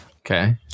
Okay